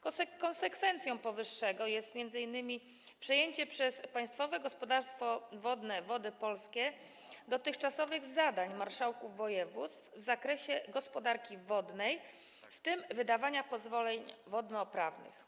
Konsekwencją powyższego jest m.in. przejęcie przez Państwowe Gospodarstwo Wodne Wody Polskie dotychczasowych zadań marszałków województw w zakresie gospodarki wodnej, w tym wydawania pozwoleń wodnoprawnych.